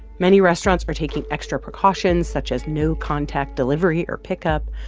many restaurants are taking extra precautions, such as no-contact delivery or pickup.